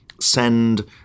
send